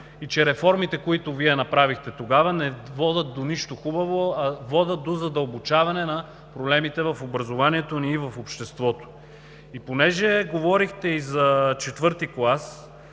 и че реформите, които Вие направихте тогава, не водят до нищо хубаво, а водят до задълбочаване на проблемите в образованието ни и в обществото. И понеже говорихте и за IV клас,